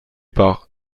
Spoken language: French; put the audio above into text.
par